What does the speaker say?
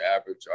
average